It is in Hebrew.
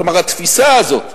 כלומר התפיסה הזאת,